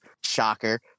Shocker